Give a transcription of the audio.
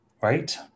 right